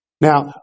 Now